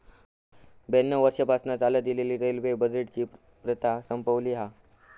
ब्याण्णव वर्षांपासना चालत इलेली रेल्वे बजेटची प्रथा संपवली हा